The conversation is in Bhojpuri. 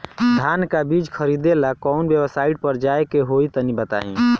धान का बीज खरीदे ला काउन वेबसाइट पर जाए के होई तनि बताई?